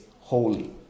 holy